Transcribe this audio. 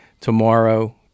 Tomorrow